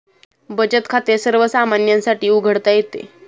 बचत खाते सर्वसामान्यांसाठी उघडता येते